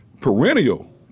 perennial